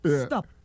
Stop